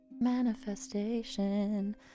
Manifestation